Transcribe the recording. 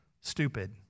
stupid